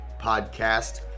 Podcast